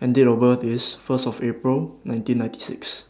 and Date of birth IS First of April nineteen ninety six